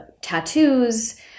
tattoos